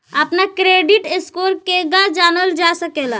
अपना credit score केगा जानल जा सकेला?